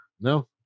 No